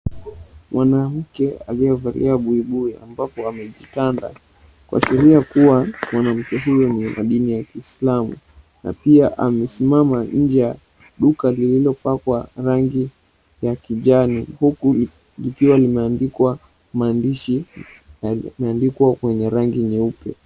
Mwanamke aliyevalia buibui ambapo amejikanda kuashiria kuwa mwanamke huyu ni wa dini la kiislamu na pia amesimama nje ya duka lililopakwa rangi ya kijani huku ikiwa imeandikwa maandishi yaliyoandikwa kwenye rangi nyeupe.